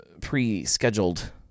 pre-scheduled